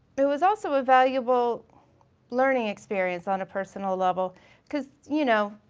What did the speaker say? there was also a valuable learning experience on a personal level cause you know,